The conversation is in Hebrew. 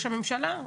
לראש הממשלה,